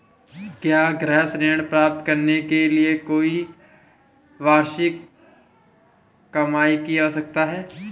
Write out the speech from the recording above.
क्या गृह ऋण प्राप्त करने के लिए कोई वार्षिक कमाई की आवश्यकता है?